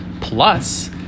Plus